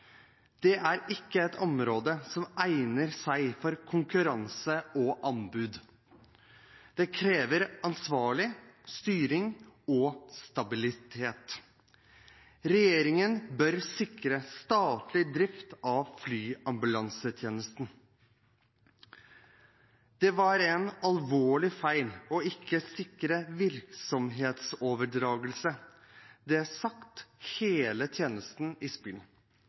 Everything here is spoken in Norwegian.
er ikke et område som egner seg for konkurranse og anbud. Det krever ansvarlig styring og stabilitet. Regjeringen bør sikre statlig drift av flyambulansetjenesten. Det var en alvorlig feil ikke å sikre virksomhetsoverdragelse. Det satte hele tjenesten